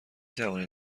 توانید